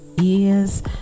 ears